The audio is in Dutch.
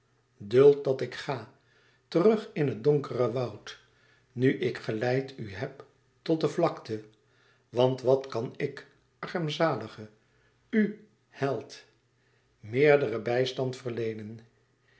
duld dat ik ga terug in het donkere woud nu ik geleid u heb tot de vlakte want wat kan ik armzalige u held meerderen bijstand verleenen